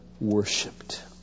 worshipped